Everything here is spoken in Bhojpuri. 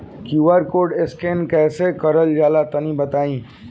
क्यू.आर कोड स्कैन कैसे क़रल जला तनि बताई?